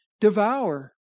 devour